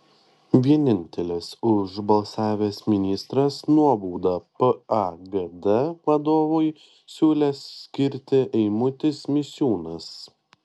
vienintelis už balsavęs ministras nuobaudą pagd vadovui siūlęs skirti eimutis misiūnas